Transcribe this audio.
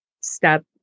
step